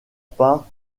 part